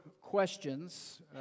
questions